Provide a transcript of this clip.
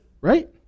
right